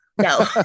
No